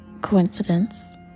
Coincidence